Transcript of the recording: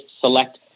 select